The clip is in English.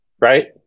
Right